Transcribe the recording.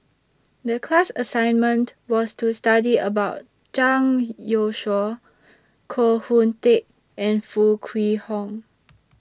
The class assignment was to study about Zhang Youshuo Koh Hoon Teck and Foo Kwee Horng